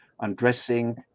undressing